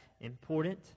important